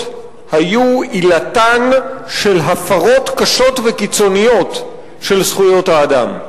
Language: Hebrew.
היו עילתן של הפרות קשות וקיצוניות של זכויות האדם.